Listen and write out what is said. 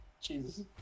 Jesus